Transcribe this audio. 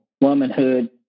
womanhood